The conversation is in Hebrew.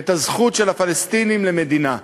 אישרו את הזכות של הפלסטינים למדינה.